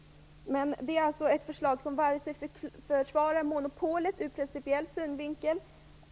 I vårt förslag försvarar vi alltså inte monopolet ur principiell synvinkel.